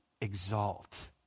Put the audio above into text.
Exalt